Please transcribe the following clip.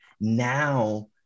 Now